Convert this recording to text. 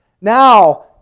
Now